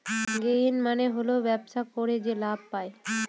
gain মানে হল ব্যবসা করে যে লাভ পায়